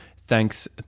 thanks